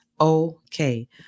okay